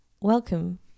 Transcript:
welcome